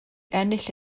ennill